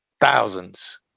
thousands